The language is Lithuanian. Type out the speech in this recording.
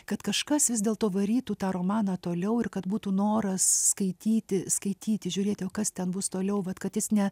kad kažkas vis dėlto varytų tą romaną toliau ir kad būtų noras skaityti skaityti žiūrėti kas ten bus toliau vat kad jis ne